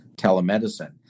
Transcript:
telemedicine